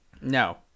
no